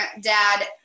dad